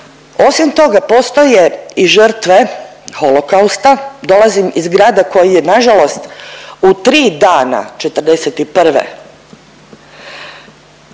Osim toga postoje i žrtve Holokausta, dolazim iz grada koji je nažalost u 3 dana '41.